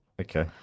Okay